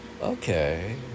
okay